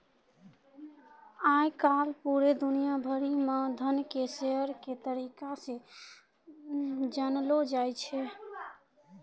आय काल पूरे दुनिया भरि म धन के शेयर के तरीका से जानलौ जाय छै